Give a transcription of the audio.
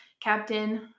Captain